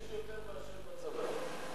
יש יותר מאשר בצבא.